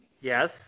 Yes